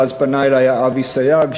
ואז פנה אלי אבי סייג,